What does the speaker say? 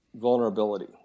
vulnerability